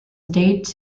date